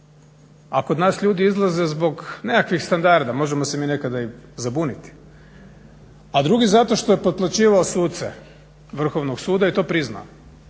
a kod nas ljudi izlaze zbog nekakvih standarda, možemo se mi nekada i zabuniti. A drugi zato što je potplaćivao suce Vrhovnog suda i to priznao.